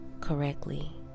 correctly